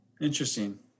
Interesting